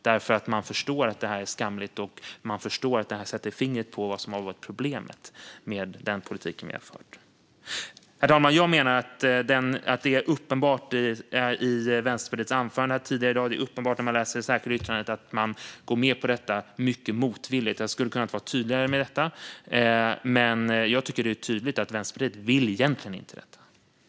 Man förstår nämligen att detta är skamligt, och man förstår att det sätter fingret på vad som har varit problemet med den politik vi har fört. Herr talman! Jag menar att det var uppenbart i Vänsterpartiets anförande tidigare i dag att man går med på detta mycket motvilligt. Jag menar att det är uppenbart när man läser det särskilda yttrandet. Jag skulle ha kunnat vara tydligare med det, men jag tycker att det är tydligt att Vänsterpartiet egentligen inte vill detta.